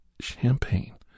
champagne